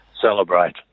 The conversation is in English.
celebrate